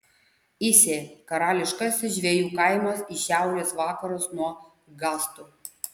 įsė karališkasis žvejų kaimas į šiaurės vakarus nuo gastų